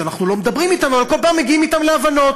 שאנחנו לא מדברים אתם אבל כל פעם מגיעים אתם להבנות,